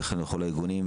וכן לכל הארגונים,